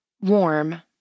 Warm